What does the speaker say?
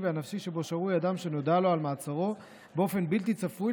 והנפשי שבו שרוי אדם שנודע לו על מעצרו באופן בלתי צפוי,